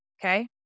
okay